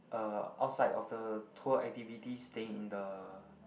uh outside of the tour activities staying in the